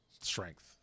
strength